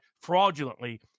fraudulently